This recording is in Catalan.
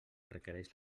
requereix